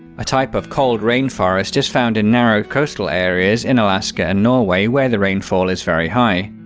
a type of cold rainforest is found in narrow coastal areas in alaska and norway, where the rainfall is very high.